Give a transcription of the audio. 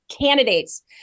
candidates